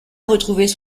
retrouvées